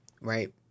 right